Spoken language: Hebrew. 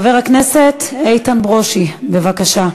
חבר הכנסת איתן ברושי, בבקשה.